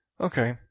Okay